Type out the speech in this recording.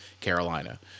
Carolina